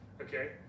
Okay